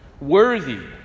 worthy